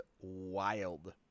wild